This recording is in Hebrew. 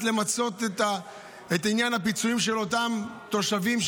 למצות את עניין הפיצויים של אותם תושבים,